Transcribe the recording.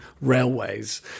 railways